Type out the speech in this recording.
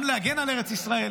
גם להגן על ארץ ישראל,